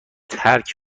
ترک